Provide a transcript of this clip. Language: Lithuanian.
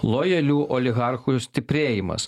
lojalių oliharchų stiprėjimas